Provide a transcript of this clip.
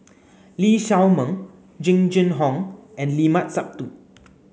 Lee Shao Meng Jing Jun Hong and Limat Sabtu